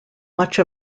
much